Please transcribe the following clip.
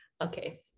Okay